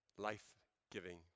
Life-giving